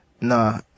nah